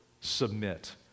submit